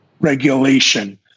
regulation